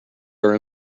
are